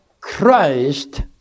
Christ